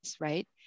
right